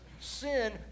sin